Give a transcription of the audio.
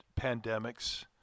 pandemics